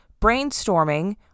brainstorming